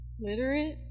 Literate